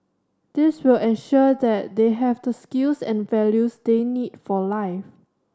this will ensure that they have the skills and values they need for life